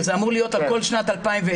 זה אמור להיות על כל שנת 2020,